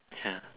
yeah